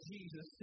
Jesus